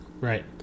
Right